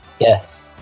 Yes